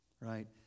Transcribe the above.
right